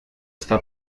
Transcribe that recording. está